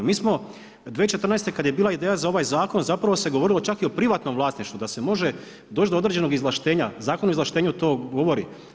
Mi smo 2014. kada je bila ideja za ovaj zakon zapravo se govorilo čak i o privatnom vlasništvu da se može doći do određenog izvlaštenja, Zakon o izvlaštenju to govori.